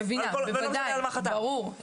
ברור.